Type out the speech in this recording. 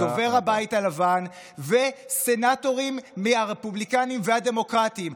דובר הבית הלבן וסנטורים מהרפובליקנים ומהדמוקרטים.